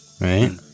Right